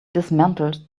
dismantled